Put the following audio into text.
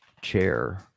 chair